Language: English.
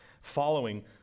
following